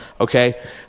okay